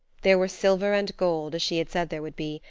there were silver and gold, as she had said there would be,